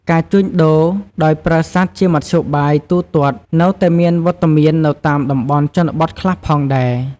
ការជួញដូរដោយប្រើសត្វជាមធ្យោបាយទូទាត់នៅតែមានវត្តមាននៅតាមតំបន់ជនបទខ្លះផងដែរ។